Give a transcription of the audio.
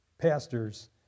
pastors